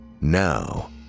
Now